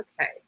Okay